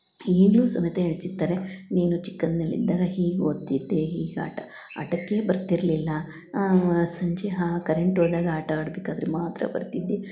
ಈಗಲು ಸಮೇತ ಹೇಳ್ತಿರ್ತಾರೆ ನೀನು ಚಿಕ್ಕಂದ್ನಲ್ಲಿ ಇದ್ದಾಗ ಹೀಗೆ ಓದ್ತಿದ್ದೆ ಹೀಗೆ ಆಟ ಆಟಕ್ಕೆ ಬರ್ತಿರಲಿಲ್ಲ ಸಂಜೆ ಹಾಂ ಕರೆಂಟ್ ಹೋದಾಗ ಆಟ ಆಡಬೇಕಾದ್ರೆ ಮಾತ್ರ ಬರ್ತಿದ್ದೆ